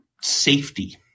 safety